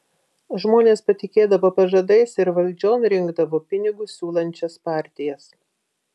žmonės patikėdavo pažadais ir valdžion rinkdavo pinigus siūlančias partijas